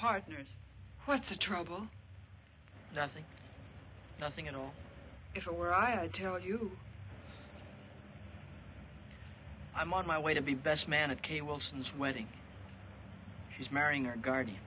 partners what's the trouble nothing nothing at all if i were i'd tell you i'm on my way to be best man at k wilson's wedding she's marrying her guardian